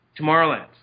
Tomorrowland